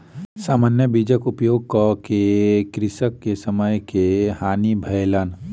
सामान्य बीजक उपयोग कअ के कृषक के समय के हानि भेलैन